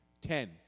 Ten